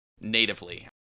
natively